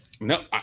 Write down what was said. No